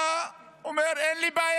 היה אומר: אין לי בעיה,